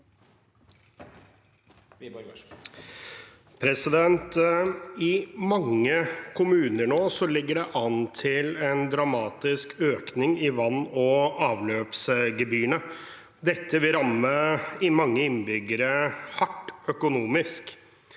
I mange kommu- ner ligger det nå an til en dramatisk økning i vann- og avløpsgebyrene. Dette vil ramme mange innbyggere hardt økonomisk.